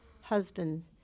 husband